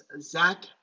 Zach